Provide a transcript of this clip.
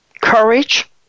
courage